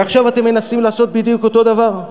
ועכשיו אתם מנסים לעשות בדיוק אותו הדבר.